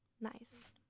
Nice